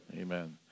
Amen